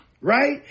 Right